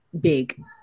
big